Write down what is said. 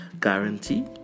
Guarantee